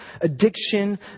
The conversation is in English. addiction